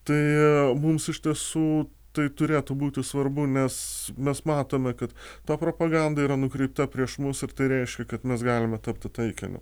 tai mums iš tiesų tai turėtų būti svarbu nes mes matome kad ta propaganda yra nukreipta prieš mus ir tai reiškia kad mes galime tapti taikiniu